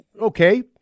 okay